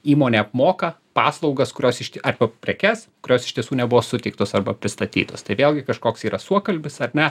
įmonė apmoka paslaugas kurios išti arba prekes kurios iš tiesų nebuvo suteiktos arba pristatytos tai vėlgi kažkoks yra suokalbis ar ne